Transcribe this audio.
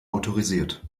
autorisiert